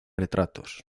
retratos